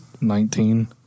Nineteen